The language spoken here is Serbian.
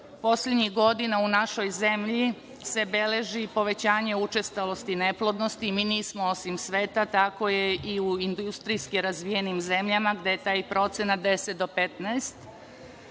neuspešne. Poslednjih godina u našoj zemlji se beleži povećanje učestalosti neplodnosti, mi nismo osim sveta, tako je i u industrijski razvijenim zemljama, gde je taj procenat 10 do 15.